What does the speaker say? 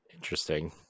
Interesting